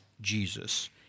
Jesus